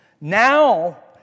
Now